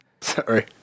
Sorry